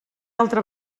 altra